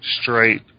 straight